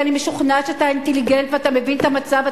כי אני משוכנעת שאתה אינטליגנט ואתה מבין את המצב,